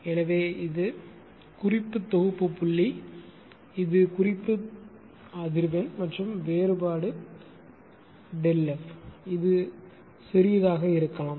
எனவே இது குறிப்பு தொகுப்பு புள்ளி இது குறிப்பு அதிர்வெண் மற்றும் வேறுபாடு ΔF இது சிறியதாக இருக்கலாம்